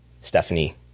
stephanie